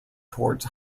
towards